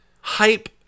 hype